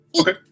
Okay